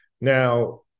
Now